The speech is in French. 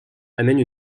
amène